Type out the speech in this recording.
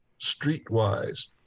streetwise